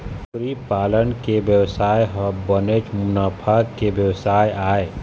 कुकरी पालन के बेवसाय ह बनेच मुनाफा के बेवसाय आय